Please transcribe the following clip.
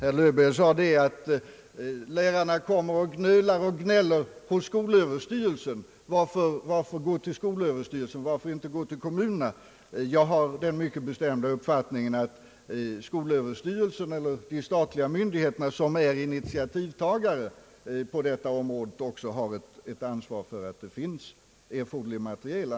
Herr LöÖwbeer sade, att lärarna kommer och gnölar och gnäller på skolöverstyrelsen och tillade: Varför inte gå till kommunerna? Jag har den mycket bestämda uppfattningen att skolöverstyrelsen eller andra statliga myndigheter, som är initiativtagare på detta område, också har ett ansvar för att det finns erforderlig materiel.